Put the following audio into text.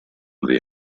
the